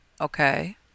Okay